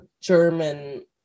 German